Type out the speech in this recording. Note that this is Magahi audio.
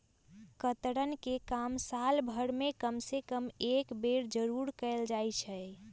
कतरन के काम साल भर में कम से कम एक बेर जरूर कयल जाई छै